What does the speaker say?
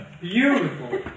beautiful